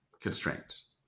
constraints